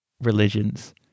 religions